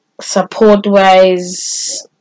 support-wise